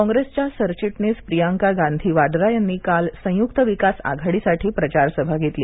कॉंग्रेसच्या सरचिटणीस प्रियांका गांधी वड्रा यांनी काल संयुक्त विकास आघाडीसाठी प्रचारसभा घेतली